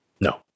No